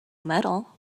metal